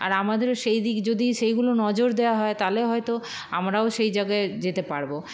আর আমাদেরও সেই দিক যদি সেইগুলো নজর দেওয়া হয় তাহলে হয়তো আমরাও সেই জায়গায় যেতে পারবো